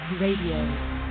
RADIO